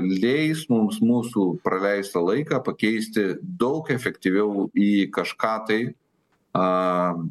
leis mums mūsų praleistą laiką pakeisti daug efektyviau į kažką tai a